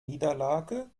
niederlage